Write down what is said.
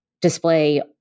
display